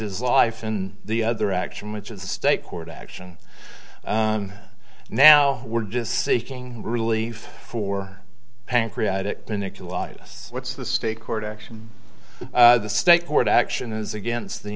his life and the other action which is a state court action now we're just seeking relief for pancreatic clinical what's the state court action the state court action is against the